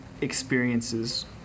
experiences